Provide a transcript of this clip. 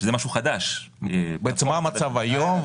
הצעת החוק בנוסח המוצע לוקחת בחשבון